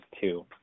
two